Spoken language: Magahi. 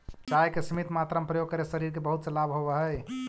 चाय के सीमित मात्रा में प्रयोग करे से शरीर के बहुत से लाभ होवऽ हइ